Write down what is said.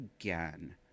again